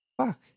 Fuck